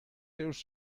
seus